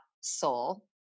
soul